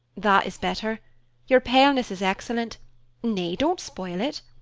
that is better your paleness is excellent nay, don't spoil it.